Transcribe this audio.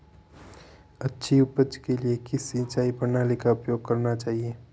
अच्छी उपज के लिए किस सिंचाई प्रणाली का उपयोग करना चाहिए?